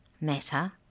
matter